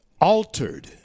altered